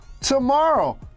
tomorrow